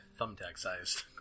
thumbtack-sized